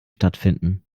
stattfinden